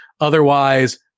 Otherwise